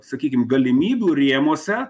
sakykim galimybių rėmuose